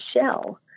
shell